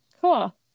Cool